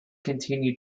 continued